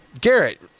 Garrett